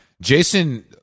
Jason